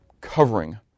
covering